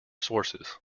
sources